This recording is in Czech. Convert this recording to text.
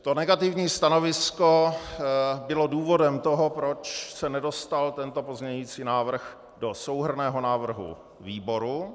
To negativní stanovisko bylo důvodem toho, proč se nedostal tento pozměňující návrh do souhrnného návrhu výboru.